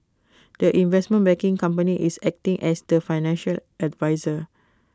the investment banking company is acting as the financial adviser